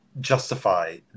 justify